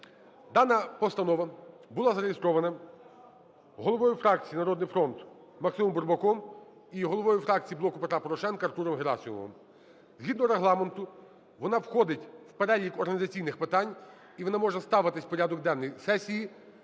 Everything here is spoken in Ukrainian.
Дана постанова була зареєстрована головою фракції "Народний фронт" Максимом Бурбаком і головою фракція "Блоку Петра Порошенка" Артуром Герасимовим. Згідно Регламенту вона входить в перелік організаційних питань і вона може ставитись в порядок денний сесії